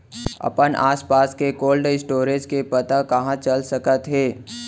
अपन आसपास के कोल्ड स्टोरेज के पता कहाँ चल सकत हे?